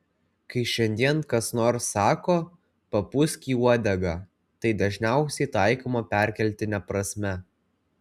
kai šiandien kas nors sako papūsk į uodegą tai dažniausiai taikoma perkeltine prasme